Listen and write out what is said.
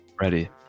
ready